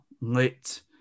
lit